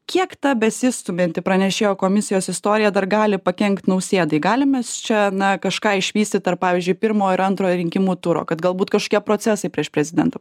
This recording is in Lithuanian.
kiek ta besistumianti pranešėjo komisijos istorija dar gali pakenkt nausėdai galim mes čia na kažką išvysti tarp pavyzdžiui pirmo ir antrojo rinkimų turo kad galbūt kažkokie procesai prieš prezidentą